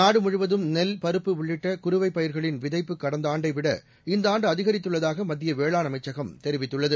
நாடுமுழுவதும் நெல் பருப்பு உள்ளிட்ட குறுவைப் பயிர்களின் விதைப்பு கடந்த ஆண்டைவிட இந்த ஆண்டு அதிகரித்துள்ளதாக மத்திய வேளாண் அமைச்சகம் தெரிவித்துள்ளது